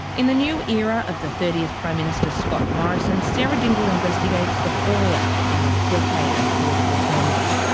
in the new era of the thirtieth prime minister scott morrison, sarah dingle investigates the fallout from a decade of political turmoil.